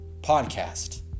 Podcast